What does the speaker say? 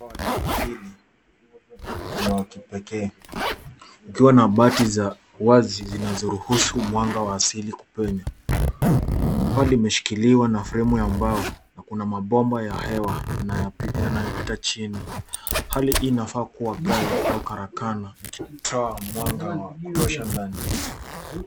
Mabati za wazi inpenyeza mwanga ndani zina fremu ya mbao, mabomba ya hewa yanayopita chini, na zinaweza kutumika kama gala au karakana.